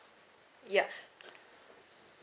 yeah